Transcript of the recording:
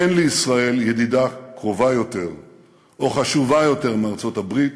אין לישראל ידידה קרובה יותר או חשובה יותר מארצות-הברית,